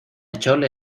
chole